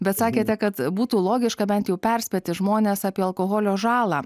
bet sakėte kad būtų logiška bent jau perspėti žmones apie alkoholio žalą